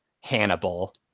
Hannibal